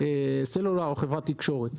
סלולר או חברת תקשורת.